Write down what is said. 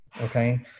Okay